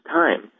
time